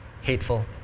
hateful